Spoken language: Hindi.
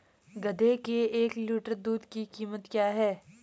गधे के एक लीटर दूध की कीमत क्या है?